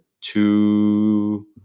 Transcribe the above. two